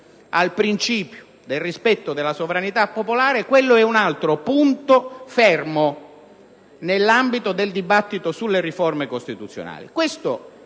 al principio del rispetto della sovranità popolare, quello è un altro punto fermo nell'ambito del dibattito sulle riforme costituzionali.